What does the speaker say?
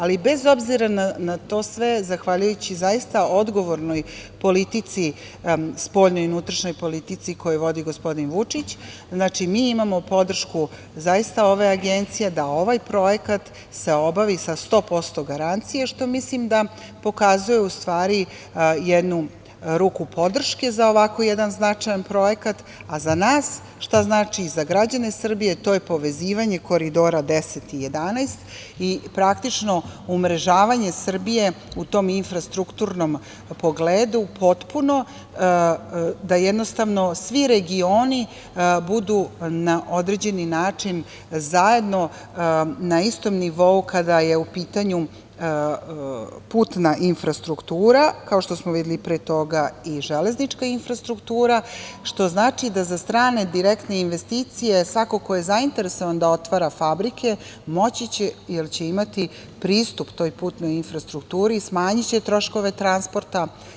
Ali, bez obzira na to sve, zahvaljujući zaista odgovornoj politici spoljnoj i unutrašnjoj koju vodi gospodin Vučić, mi imamo podršku ove Agencije da ovaj projekat se obavi sa 100% garancije, što mislim da pokazuje u stvari jednu ruku podrške za ovako jedan značajan projekat, a za nas šta znači i za građane Srbije, to je povezivanje Koridora 10 i 11 i praktično umrežavanje Srbije u tom infrastrukturnom pogledu, potpuno, da jednostavno svi regioni budu na određeni način zajedno, na istom nivou kada je u pitanju putna infrastruktura, kao što smo videli pre toga i železnička infrastruktura, što znači da za strane direktne investicije, svako ko je zainteresovan da otvara fabrike, moći će jer će imati pristup toj putnoj infrastrukturi i smanjiće troškove transporta.